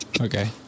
Okay